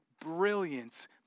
brilliance